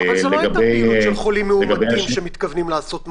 אבל זו לא הייתה פעילות של חולים מאומתים שמתכוונים לעשות משהו,